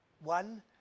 One